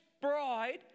bride